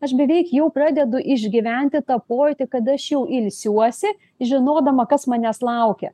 aš beveik jau pradedu išgyventi tą pojūtį kad aš jau ilsiuosi žinodama kas manęs laukia